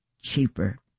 cheaper